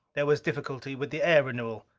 there was difficulty with the air renewal.